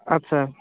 আচ্ছা